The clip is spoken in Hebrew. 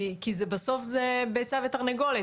כי בסוף זו ביצה ותרנגולת,